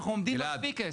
אנחנו עומדים בה פיקס.